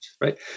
right